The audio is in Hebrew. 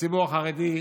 הציבור החרדי,